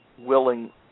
willing